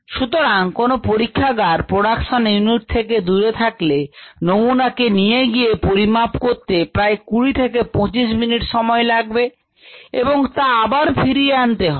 সুতরাং কোন পরীক্ষাগার প্রোডাকশন ইউনিট থেকে দূরে থাকলে নমুনা কে নিয়ে গিয়ে পরিমাপ করতে প্রায় কুড়ি থেকে 25 মিনিট সময় লাগবে এবং তা আবার ফিরিয়ে আনতে হবে